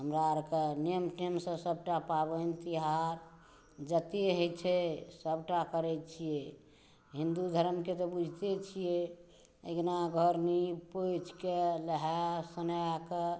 हमरा आरके नेम टेमसँ सभटा पाबनि तिहार जते होइ छै सभटा करै छियै हिन्दु धर्मकेँ तऽ बुझिते छियै अङ्गना घर निप पोतिकेँ नहा सोना कऽ